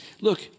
look